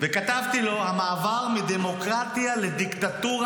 כתבתי לו: המעבר מדמוקרטיה לדיקטטורה,